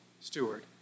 steward